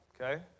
okay